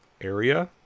area